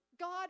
God